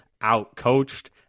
out-coached